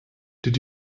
did